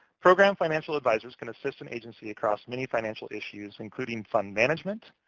program financial advisors can assist an agency across many financial issues, including fund management,